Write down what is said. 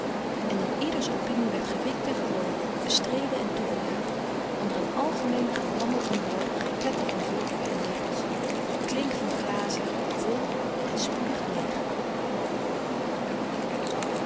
en een ieders opinie werd gewikt en gewogen bestreden en toegejuicht onder een algemeen gerammel van borden gekletter van vorken en lepels geklink van glazen vol en spoedig leêg